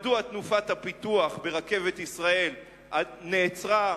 מדוע תנופת הפיתוח ברכבת ישראל נעצרה,